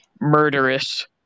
murderous